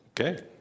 Okay